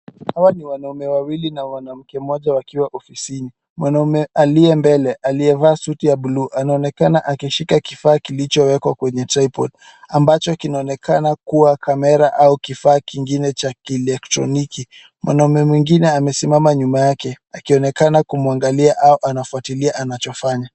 Hawa ni wanaume wawili na mwanamke mmoja wakiwa ofisini. Mwanaume aliye mbele, aliyevaa suti ya buluu anaonekana akishika kifaa kilichowekwa kwenye tripod ambacho kinaonekana kuwa kamera au kifaa kingine cha kielektroniki. Mwanaume mwingine amesimama nyuma yake akionekana kumwangalia au anafuatilia anachofanya.